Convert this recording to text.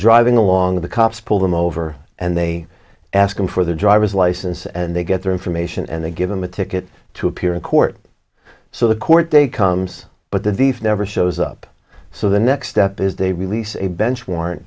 driving along the cops pull them over and they ask them for their driver's license and they get their information and they give them a ticket to appear in court so the court day comes but the thief never shows up so the next step is they release a bench warrant